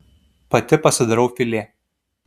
pati pasidarau filė